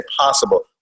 possible